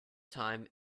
time